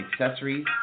accessories